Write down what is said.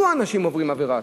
מדוע אנשים עוברים עבירה?